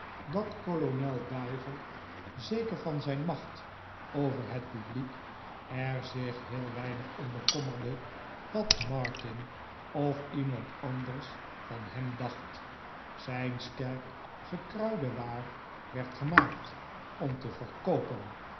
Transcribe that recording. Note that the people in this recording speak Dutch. dat kolonel diver zeker van zijn macht over het publiek er zich heel weinig om bekommerde wat martin of iemand anders van hem dacht zijn sterk gekruide waar werd gemaakt om te verkoopen